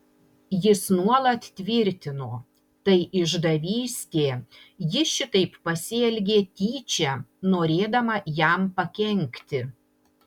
jis nuolat tvirtino tai išdavystė ji šitaip pasielgė tyčia norėdama jam pakenkti